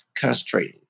concentrating